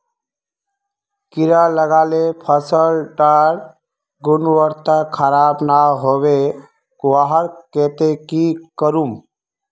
कीड़ा लगाले फसल डार गुणवत्ता खराब ना होबे वहार केते की करूम?